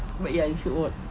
but ya you should watch